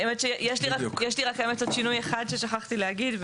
האמת היא שיש לי רק עוד שינוי אחד ששכחתי להגיד.